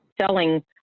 selling